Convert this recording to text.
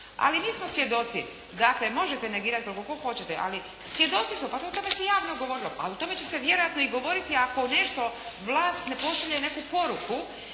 Ali mi smo svjedoci, dakle možete negirati koliko god hoćete, ali svjedoci smo, pa o tome se javno govorilo, a o tome će se vjerojatno i govoriti ako nešto vlast ne pošalje neku poruku